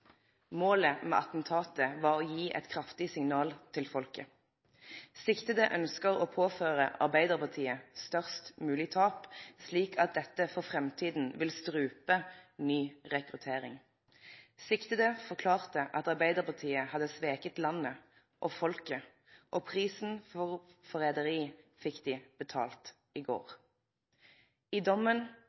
Målet med attentatene var å «gi et kraftig signal til folket». Siktede ønsker å påføre Arbeiderpartiet «størst mulig tap» slik at dette for fremtiden ville «strupe ny rekruttering». Siktede forklarte at Arbeiderpartiet hadde sveket landet og folket og prisen for forræderi fikk de betalt for i går.» I dommen